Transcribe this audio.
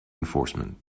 enforcement